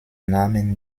namen